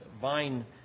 vine